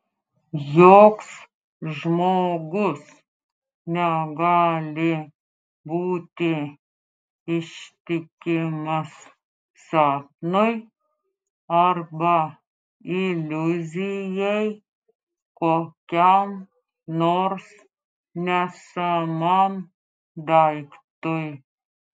joks žmogus negali būti ištikimas sapnui arba iliuzijai kokiam nors nesamam daiktui